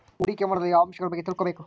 ಹೂಡಿಕೆ ಮಾಡಲು ಯಾವ ಅಂಶಗಳ ಬಗ್ಗೆ ತಿಳ್ಕೊಬೇಕು?